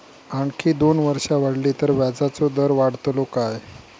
आणखी दोन वर्षा वाढली तर व्याजाचो दर वाढतलो काय?